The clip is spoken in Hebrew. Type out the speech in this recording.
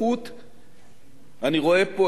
אני רואה פה את ראש רשות המסים,